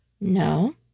No